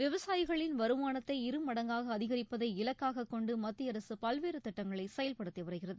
விவசாயிகளின் வருமானத்தை இருமடங்காக அதிகரிப்பதை இலக்காகக் கொண்டு மத்திய அரசு பல்வேறு தீட்டங்களை செயல்படுத்தி வருகிறது